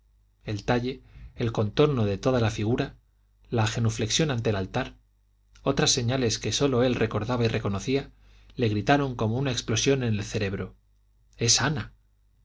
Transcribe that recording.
el talle el contorno de toda la figura la genuflexión ante el altar otras señales que sólo él recordaba y reconocía le gritaron como una explosión en el cerebro es ana